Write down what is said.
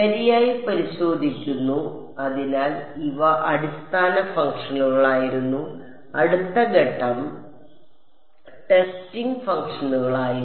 ശരിയായി പരിശോധിക്കുന്നു അതിനാൽ ഇവ അടിസ്ഥാന ഫംഗ്ഷനുകളായിരുന്നു അടുത്ത ഘട്ടം ടെസ്റ്റിംഗ് ഫംഗ്ഷനുകളായിരുന്നു